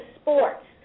sports